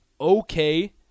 okay